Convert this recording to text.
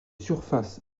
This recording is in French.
surfaces